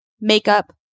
Makeup